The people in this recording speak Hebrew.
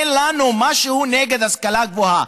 אין לנו משהו נגד השכלה גבוהה,